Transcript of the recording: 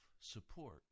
support